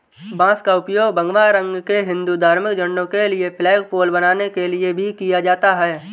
बांस का उपयोग भगवा रंग के हिंदू धार्मिक झंडों के लिए फ्लैगपोल बनाने के लिए भी किया जाता है